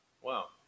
wow